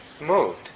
moved